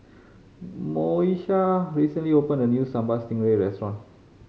Moesha recently opened a new Sambal Stingray restaurant